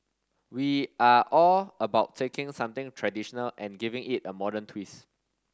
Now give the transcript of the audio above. we are all about taking something traditional and giving it a modern twist